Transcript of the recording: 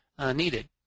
needed